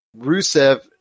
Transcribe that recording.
Rusev